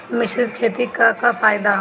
मिश्रित खेती क का फायदा ह?